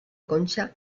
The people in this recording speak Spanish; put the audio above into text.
concha